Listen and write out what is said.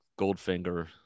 Goldfinger